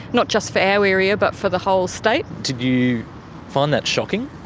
not just for our area but for the whole state. did you find that shocking?